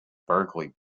berkeley